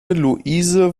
luise